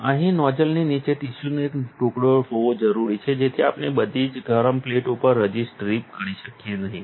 અહીં નોઝલની નીચે ટિશ્યુનો એક ટુકડો હોવો જરૂરી છે જેથી આપણે બધી જ ગરમ પ્લેટ ઉપર રઝિસ્ટ ડ્રિપ કરી શકીએ નહીં